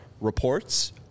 reports